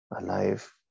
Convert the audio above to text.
alive